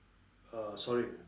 err sorry